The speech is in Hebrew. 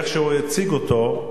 ואיך שהוא יציג אותו,